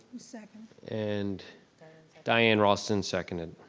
second. and diane ross and seconded.